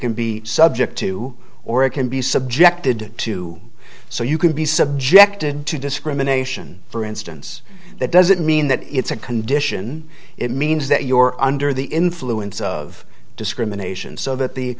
can be subject to or it can be subjected to so you can be subjected to discrimination for instance that doesn't mean that it's a condition it means that your under the influence of discrimination so that the